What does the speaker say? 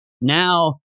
now